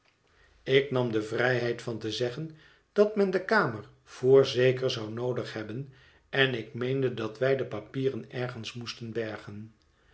ik nam de vrijheid van te zeggen dat men de kamer voorzeker zou noodig hebben en ik meende dat wij de papieren ergens moesten bergen